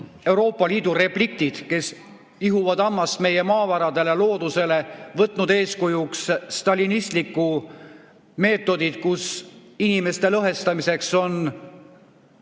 Euroopa Liidu ..., kes ihuvad hammast meie maavaradele, loodusele, võtnud eeskujuks stalinistlikud meetodid, kus inimeste lõhestamiseks